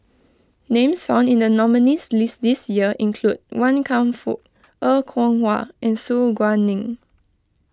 names found in the nominees' list this year include Wan Kam Fook Er Kwong Wah and Su Guaning